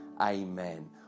Amen